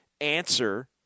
answer